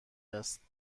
است